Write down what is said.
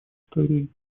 историей